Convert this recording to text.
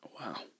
Wow